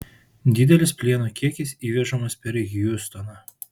didelis plieno kiekis įvežamas per hjustoną